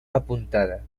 apuntada